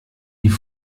die